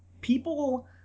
people